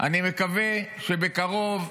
אני מקווה שבקרוב,